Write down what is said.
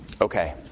okay